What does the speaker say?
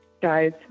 guys